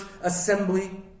assembly